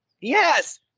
Yes